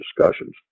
discussions